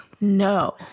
no